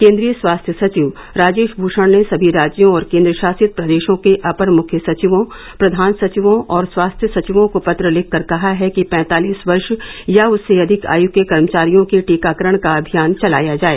केंद्रीय स्वास्थ्य सचिव राजेश भूषण ने सभी राज्यों और केंद्रशासित प्रदेशों के अपर मुख्य सचिवों प्रधान सचिवों और स्वास्थ्य सचिवों को पत्र लिखकर कहा है कि पैंतालीस वर्ष या उससे अधिक आयु के कर्मचारियों का टीकाकरण का अभियान चलाया जाए